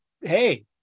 hey